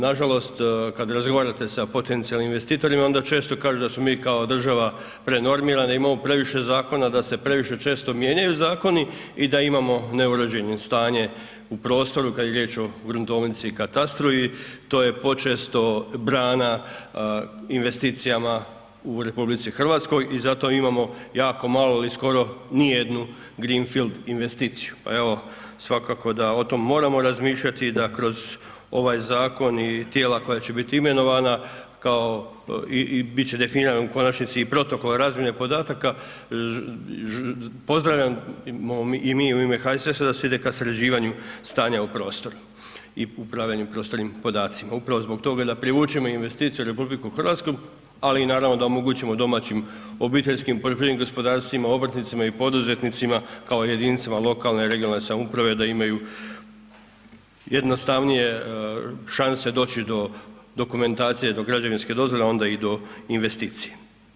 Nažalost kad razgovarate sa potencijalnim investitorima, onda često kažu da smo mi kao država prenormirani, imamo previše zakona, da se previše često mijenjaju zakoni i da imamo neuređeno stanje u prostoru kad je riječ o gruntovnici i katastru i to je počesto brana investicijama u RH i zato imamo jako malo ili skoro nijednu green field investiciju pa evo svakako da o tome moramo razmišljati i da kroz ovaj zakon i tijela koja će biti imenovana, kao i bit će definirano u konačnici i protokol razmjene podataka, pozdravljamo i mi u ime HSS-a da se ide ka sređivanju stanja u prostoru i upravljanju prostornim podacima upravo zbog toga da privučemo investicije u RH ali naravno i da omogućimo domaćim OPG-ovima, obrtnicima i poduzetnicima kao i jedinicama lokalne i regionalne samouprave da imaju jednostavnije šanse doći do dokumentacije, do građevinske dozvole a onda i do investicije.